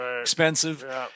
expensive